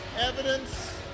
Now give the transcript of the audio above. evidence